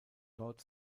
dort